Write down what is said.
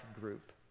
group